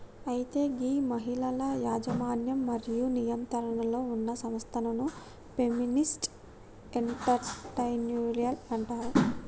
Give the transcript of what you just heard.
అయితే గీ మహిళల యజమన్యం మరియు నియంత్రణలో ఉన్న సంస్థలను ఫెమినిస్ట్ ఎంటర్ప్రెన్యూరిల్ అంటారు